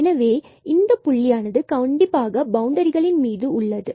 எனவே இன்னும் புள்ளியானது கண்டிப்பாக பவுண்டரிகள் மீது உள்ளது